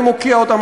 אני מוקיע אותם,